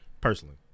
personally